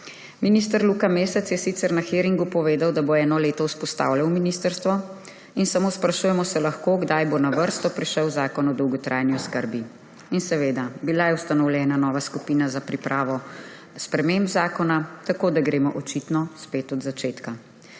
Minister Luka Mesec je sicer na hearingu povedal, da bo eno leto vzpostavljal ministrstvo in samo sprašujemo se lahko, kdaj bo na vrsto prišel zakon o dolgotrajni oskrbi. In bila je ustanovljena nova skupina za pripravo sprememb zakona, tako da gremo očitno spet od začetka.